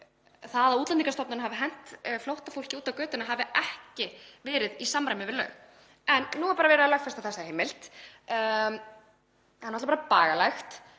það að Útlendingastofnun hafi hent flóttafólki út á götuna hafi ekki verið í samræmi við lög. En nú er verið að lögfesta þessa heimild. Það er bagalegt.